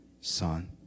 Son